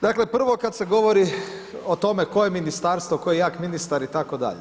Dakle, prvo kada se govori o tome koje Ministarstvo, tko je jak ministar itd.